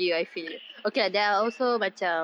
ya ya